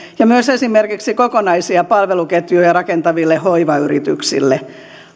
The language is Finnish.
ja myös esimerkiksi kokonaisia palveluketjuja rakentaville hoivayrityksille